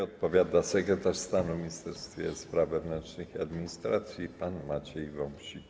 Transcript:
Odpowiada sekretarz stanu w Ministerstwie Spraw Wewnętrznych i Administracji pan Maciej Wąsik.